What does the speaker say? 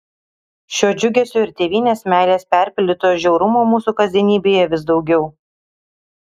šio džiugesio ir tėvynės meilės perpildyto žiaurumo mūsų kasdienybėje vis daugiau